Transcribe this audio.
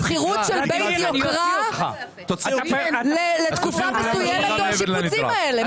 שכירות של בית יוקרה לתקופה מסוימת או השיפוצים האלה?